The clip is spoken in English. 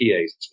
PAs